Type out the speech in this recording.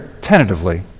tentatively